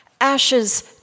Ashes